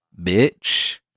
bitch